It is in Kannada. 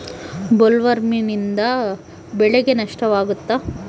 ಬೊಲ್ವರ್ಮ್ನಿಂದ ಬೆಳೆಗೆ ನಷ್ಟವಾಗುತ್ತ?